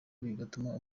bigatuma